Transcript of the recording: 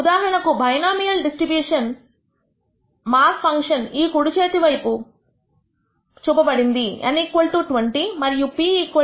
ఉదాహరణకు binomial distribution mass function ఈ కుడి చేతి వైపు చూపబడింది